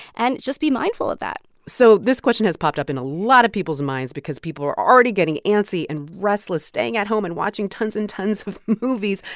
and just be mindful of that so this question has popped up in a lot of people's minds because people are already getting antsy and restless staying at home and watching tons and tons of movies.